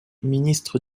ministre